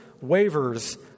wavers